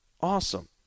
Awesome